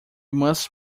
must